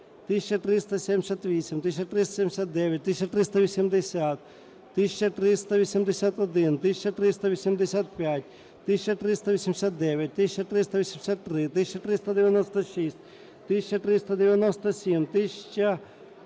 1378, 1379, 1380, 1381, 1385, 1389, 1383, 1396, 1397, 1400,